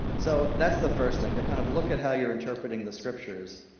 so that's the first thing. to kind of look at how you're interpreting the scriptures.